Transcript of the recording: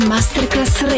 Masterclass